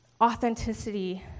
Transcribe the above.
authenticity